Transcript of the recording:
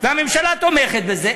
והממשלה תומכת בזה,